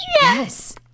Yes